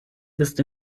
ist